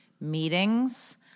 meetings